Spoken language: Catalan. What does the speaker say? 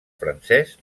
francès